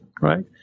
right